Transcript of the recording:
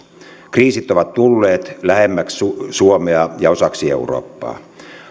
kriisit ovat tulleet lähemmäksi suomea ja osaksi eurooppaa